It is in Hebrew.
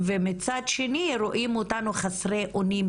מפקח מחוזי,